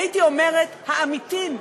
הייתי אומרת: העמיתים,